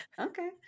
Okay